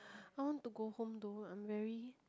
I want to go home though I'm very